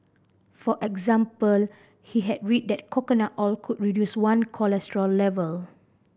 for example he had read that coconut oil could reduce one cholesterol level